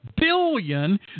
billion